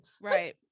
right